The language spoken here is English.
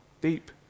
Deep